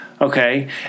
Okay